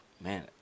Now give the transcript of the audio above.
man